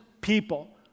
people